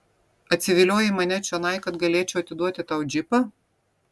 atsiviliojai mane čionai kad galėčiau atiduoti tau džipą